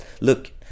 Look